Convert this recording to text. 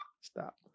Stop